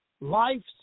life's